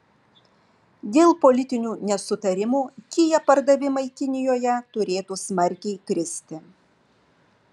dėl politinių nesutarimų kia pardavimai kinijoje turėtų smarkiai kristi